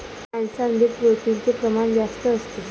मांसामध्ये प्रोटीनचे प्रमाण जास्त असते